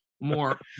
more